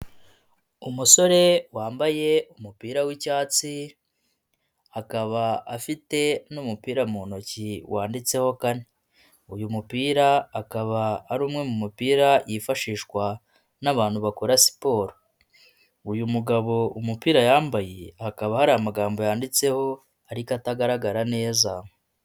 Umusore wambaye umupira w'icyatsi, akaba afite n'umupira mu ntoki wanditseho kane, uyu mupira akaba ari umwe mu mupira yifashishwa n'abantu bakora siporo, uyu mugabo umupira yambaye hakaba hari amagambo yanditseho ariko atagaragara neza.